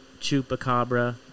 chupacabra